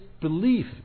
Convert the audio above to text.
belief